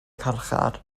carchar